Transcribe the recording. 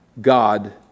God